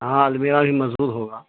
ہاں المیرا بھی مزور ہوگا